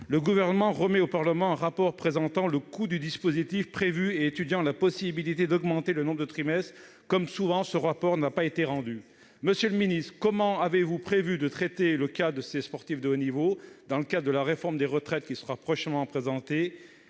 le Gouvernement remet au Parlement un rapport présentant le coût du dispositif prévu et étudiant la possibilité d'augmenter le nombre de trimestres. Comme souvent, ce rapport n'a pas été rendu ... Monsieur le secrétaire d'État, comment comptez-vous traiter le cas de ces sportifs de haut niveau dans le cadre de la réforme des retraites qui sera prochainement examinée ?